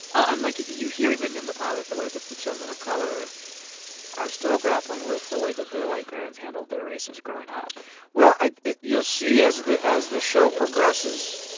oh and, like, you hear, even in the pilot, the way that the children of color are still grappling with the way that their white parents handled their races growing up well, i it you'll see as as the show progresses,